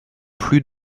plus